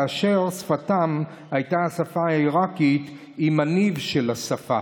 ושפתם הייתה השפה העיראקית עם הניב של השפה.